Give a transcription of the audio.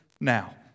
now